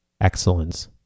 excellence